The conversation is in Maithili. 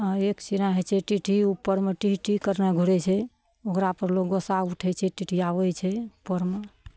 हँ एक चिड़ै होइ छै टिटही उपरमे टिही टिही करने घुरै छै ओकरापर लोक गोस्सा उठै छै टिटिआबै छै उपरमे